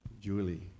Julie